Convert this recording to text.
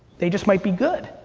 they just might be good.